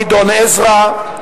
גדעון עזרא,